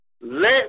Let